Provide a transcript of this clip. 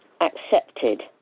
accepted